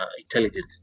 intelligent